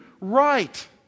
right